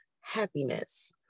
happiness